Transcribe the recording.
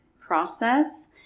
process